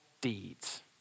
deeds